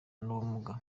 n’ubumuga